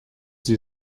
sie